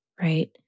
Right